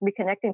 reconnecting